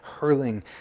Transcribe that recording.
hurling